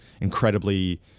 incredibly